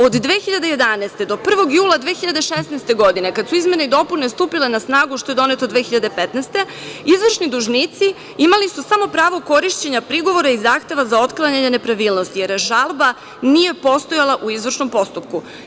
Od 2011. godine do 1. jula 2016. godine, kad su izmene i dopune stupile na snagu, koje su donete 2015. godine, izvršni dužnici imali su samo pravo korišćenja prigovora i zahteva za otklanjanje nepravilnosti, jer žalba nije postojala u izvršnom postupku.